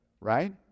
Right